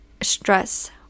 stress